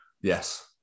Yes